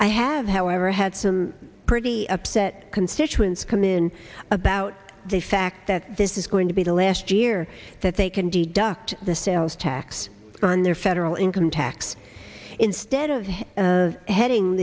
i have however had some pretty upset constituents come in about the fact that this is going to be the last year that they can deduct the sales tax on their federal income tax instead of heading